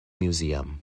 museum